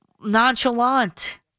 nonchalant